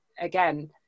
again